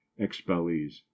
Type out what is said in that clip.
expellees